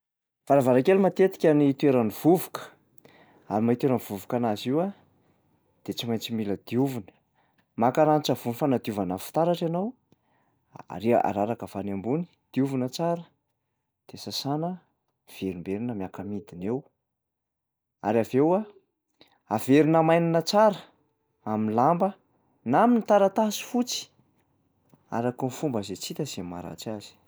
Varavarankely matetika ny itoeran'ny vovoka ary maha-itoeran'ny vovoka anazy io a, de tsy maintsy mila diovina. Maka ranon-tsovony fanadiovana fitaratra ianao ari- araraka avy any ambony, diovina tsara de sasana, miverimberina miaka-midina eo. Ary avy eo a, averina amainina tsara am'lamba na am'taratasy fotsy araky ny fomba zay tsy hita zay maharatsy azy.